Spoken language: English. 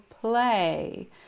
play